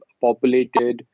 populated